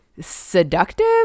seductive